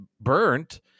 burnt